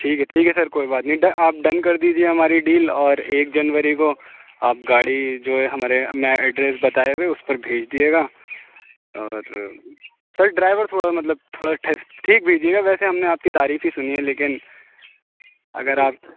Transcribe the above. ٹھیک ہے ٹھیک ہے سر کوئی بات نہیں آپ ڈن کر دیجیے ہماری ڈیل اور ایک جنوری کو آپ گاڑی جو ہے ہمارے میں ایڈریس بتائے ہوئے اُس پر بھیج دیجیے گا اور سر ڈرائیور تھوڑا مطلب تھوڑا ٹھیک بھیجیے گا ویسے ہم نے آپ کی تعریف ہی سُنی ہے لیکن اگر آپ